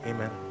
Amen